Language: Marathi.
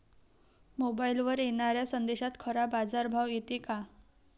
मोबाईलवर येनाऱ्या संदेशात खरा बाजारभाव येते का?